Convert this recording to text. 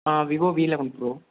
Vivo V eleven bro